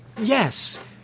yes